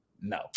No